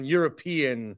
European